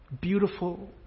Beautiful